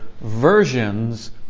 versions